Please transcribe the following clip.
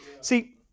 See